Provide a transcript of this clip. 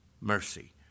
mercy